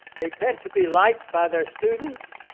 they tend to be liked by their students,